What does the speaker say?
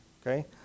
Okay